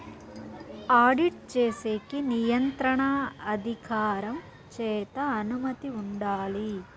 audit చేసేకి నియంత్రణ అధికారం చేత అనుమతి ఉండాలి